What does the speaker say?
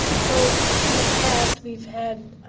so in the past we've had,